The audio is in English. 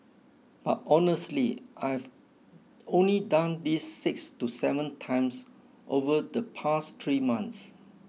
but honestly I've only done this six to seven times over the past three months